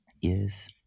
Yes